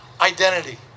identity